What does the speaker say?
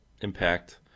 impact